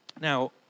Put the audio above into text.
Now